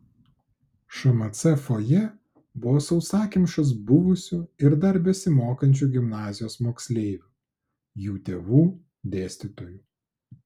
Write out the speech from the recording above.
šmc fojė buvo sausakimšas buvusių ir dar besimokančių gimnazijos moksleivių jų tėvų dėstytojų